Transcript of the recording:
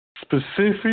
specific